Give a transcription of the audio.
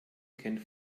kennt